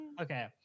Okay